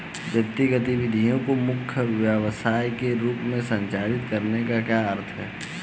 वित्तीय गतिविधि को मुख्य व्यवसाय के रूप में संचालित करने का क्या अर्थ है?